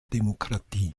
demokratie